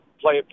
play